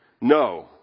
no